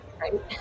right